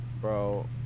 Bro